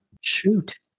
Shoot